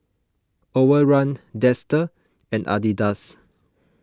Overrun Dester and Adidas